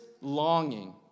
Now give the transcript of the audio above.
longing